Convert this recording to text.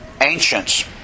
ancients